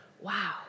Wow